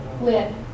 lid